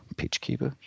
pitchkeeper